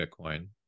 Bitcoin